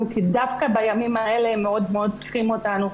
כי דווקא בימים האלה הם מאוד מאוד צריכים אותנו,